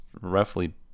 roughly